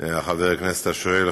חבר הכנסת השואל,